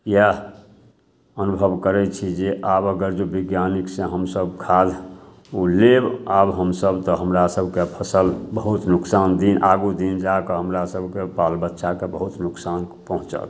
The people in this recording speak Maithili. इएह अनुभव करै छी जे आब अगर जँ वैज्ञानिकसे हमसभ खाद ओ लेब आब हमसभ तऽ हमरासभके फसिल बहुत नुकसान दिन आगू दिन जाकऽ हमरासभके बालबच्चाके बहुत नोकसान पहुँचत